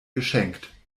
geschenkt